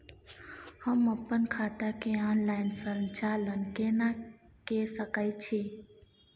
हम अपन खाता के ऑनलाइन संचालन केना के सकै छी?